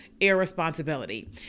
irresponsibility